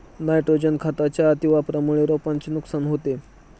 nitrogen खताच्या अतिवापरामुळे रोपांचे नुकसान होते